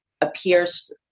appears